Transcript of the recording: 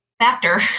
factor